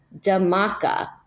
Damaka